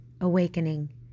Awakening